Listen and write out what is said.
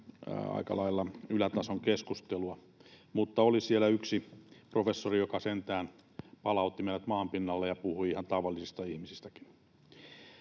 aika lailla ylätason keskustelua, mutta oli siellä yksi professori, joka sentään palautti meidät maan pinnalle ja puhui ihan tavallisista ihmisistäkin.